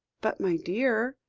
but, my dear,